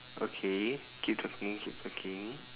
okay keep talking keep talking